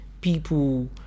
people